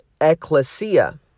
ecclesia